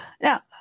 Now